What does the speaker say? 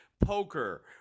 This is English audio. poker